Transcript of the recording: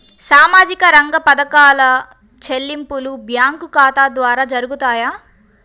సామాజిక రంగ పథకాల చెల్లింపులు బ్యాంకు ఖాతా ద్వార జరుగుతాయా?